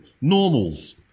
normals